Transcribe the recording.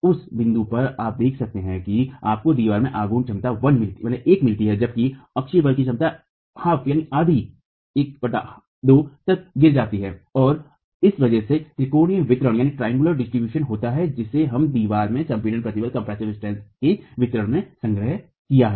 उस बिंदु पर आप देख सकते हैं कि आपको दीवार में आघूर्ण क्षमता 1 मिलती है जबकि अक्षीय बल की क्षमता एक आधी तक गिर जाती है और इस वजह से त्रिकोणीय वितरण होता है जिसे हमने दीवार में संपीडन प्रतिबल के वितरण में ग्रहण किया है